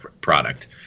product